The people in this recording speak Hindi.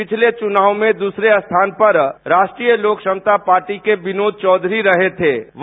पिछले चुनाव में दूसरे स्थान पर राष्ट्रीय लोक समता पार्टी के विनोद चौधरी दूसरे स्थान पर रहे थे